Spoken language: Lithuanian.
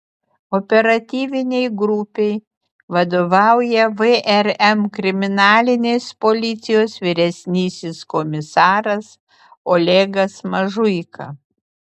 operatyvinei grupei vadovauja vrm kriminalinės policijos vyresnysis komisaras olegas mažuika